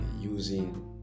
using